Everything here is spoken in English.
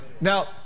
Now